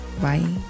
Bye